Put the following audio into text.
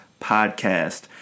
podcast